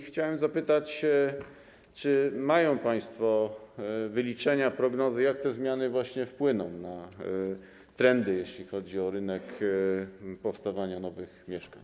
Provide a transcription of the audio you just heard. Chciałem zapytać, czy mają państwo wyliczenia, prognozy, jak te zmiany wpłyną na trendy, jeśli chodzi o rynek powstawania nowych mieszkań.